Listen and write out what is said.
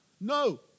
No